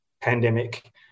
pandemic